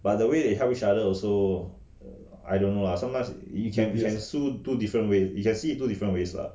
but the way they help each other also err I don't know lah sometimes you can can sue two different ways you can see it two different ways lah